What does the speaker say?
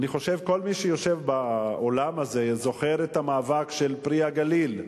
כל מי שיושב באולם הזה זוכר את המאבק של "פרי הגליל",